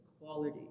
equality